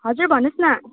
हजुर भन्नुहोस् न